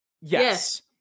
Yes